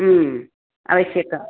आवश्यकम्